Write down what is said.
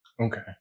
Okay